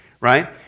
right